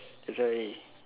that's why